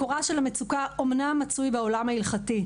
מקורה של המצוקה אמנם מצוי בעולם ההלכתי,